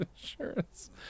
insurance